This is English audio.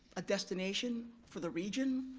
a destination for the region.